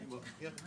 ניתנים 75%